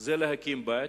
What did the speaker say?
זה להקים בית,